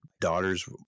daughters